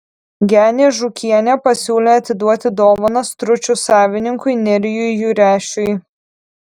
genė žūkienė pasiūlė atiduoti dovaną stručių savininkui nerijui jurešiui